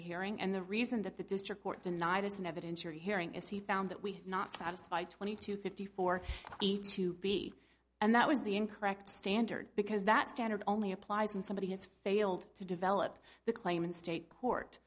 hearing and the reason that the district court denied is an evidentiary hearing is he found that we not satisfied twenty to fifty four to be and that was the incorrect standard because that standard only applies when somebody has failed to develop the claim in state court